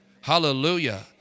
Hallelujah